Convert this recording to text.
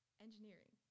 engineering